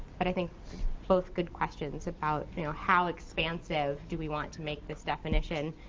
but i think both good questions about how expansive do we want to make this definition,